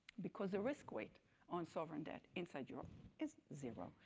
because the risk weight on sovereign debt inside europe is zero.